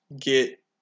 get